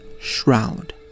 shroud